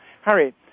Harry